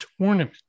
tournament